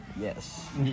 Yes